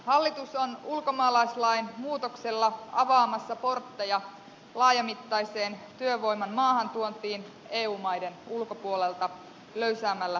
hallitus on ulkomaalaislain muutoksella avaamassa portteja laajamittaiselle työvoiman maahantuonnille eu maiden ulkopuolelta löysäämällä työlupakäytäntöjä